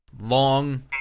long